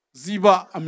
Ziba